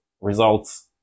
results